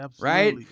right